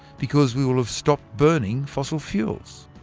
because we will have stopped burning fossil fuels.